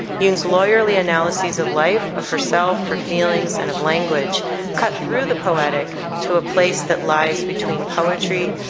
youn's lawyerly analyses of life, of herself, her feelings, and of language cut through the poetic to a place that lies between poetry,